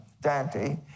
Dante